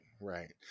right